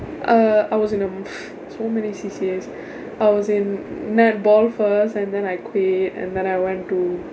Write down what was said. uh I was in a so many C_C_As I was in netball first and then I quit and then I went to